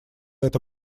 эта